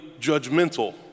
judgmental